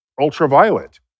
ultraviolet